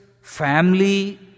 family